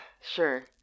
sure